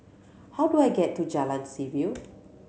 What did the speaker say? how do I get to Jalan Seaview